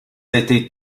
étaient